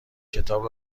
کتاب